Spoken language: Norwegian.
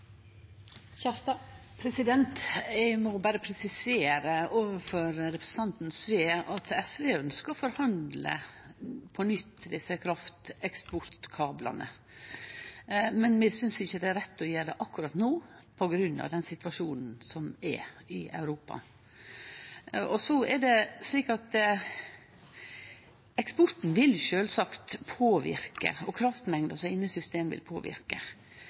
at SV ønskjer å forhandle desse krafteksportkablane på ny, men vi synest ikkje det er rett å gjere det akkurat no på grunn av den situasjonen som er i Europa. Eksporten og kraftmengda i systemet vil sjølvsagt påverke dette, men det er likevel det marginalprissystemet som vi har no, som gjer at